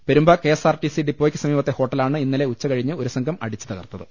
Perumba K S R T C ഡിപ്പോയ്ക്ക് സമീപത്തെ ഹോട്ട ലാണ് ഇന്നലെ ഉച്ചകഴിഞ്ഞ് ഒരു സംഘം അടിച്ചുതകർത്തത്